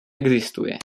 existuje